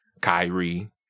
Kyrie